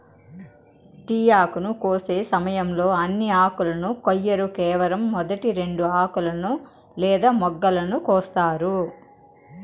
tea ఆకును కోసే సమయంలో అన్ని ఆకులను కొయ్యరు కేవలం మొదటి రెండు ఆకులను లేదా మొగ్గలను కోస్తారు